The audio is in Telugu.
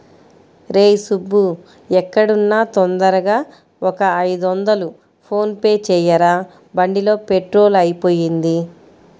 రేయ్ సుబ్బూ ఎక్కడున్నా తొందరగా ఒక ఐదొందలు ఫోన్ పే చెయ్యరా, బండిలో పెట్రోలు అయిపొయింది